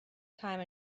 time